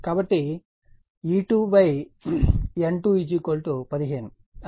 కాబట్టి E2 N2 15 ఆ విధంగా చేయగలరు